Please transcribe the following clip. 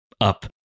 up